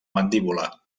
mandíbula